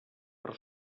per